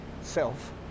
self